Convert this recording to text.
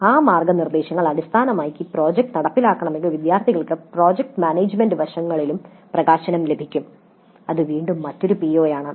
ആ മാർഗ്ഗനിർദ്ദേശങ്ങൾ അടിസ്ഥാനമാക്കി പ്രോജക്റ്റ് നടപ്പിലാക്കണമെങ്കിൽ വിദ്യാർത്ഥികൾക്ക് പ്രോജക്റ്റ് മാനേജുമെൻറ് വശങ്ങളിലും പ്രകാശനം ലഭിക്കും അത് വീണ്ടും മറ്റൊരു പിഒ ആണ്